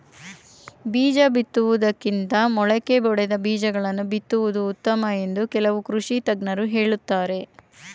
ಬೀಜ ಬಿತ್ತುವುದಕ್ಕಿಂತ ಮೊಳಕೆ ಒಡೆದ ಬೀಜಗಳನ್ನು ಬಿತ್ತುವುದು ಉತ್ತಮ ಎಂದು ಕೆಲವು ಕೃಷಿ ತಜ್ಞರು ಹೇಳುತ್ತಾರೆ